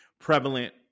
prevalent